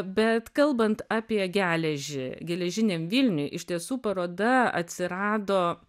bet kalbant apie geležį geležiniam vilniui iš tiesų paroda atsirado